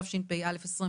התשפ"א-2021,